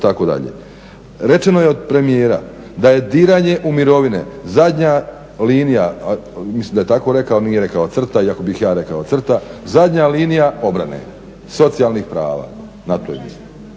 Rečeno je od premijera da je diranje u mirovine zadnja linija, mislim da